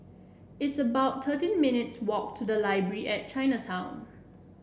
it's about thirteen minutes' walk to the Library at Chinatown